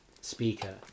speaker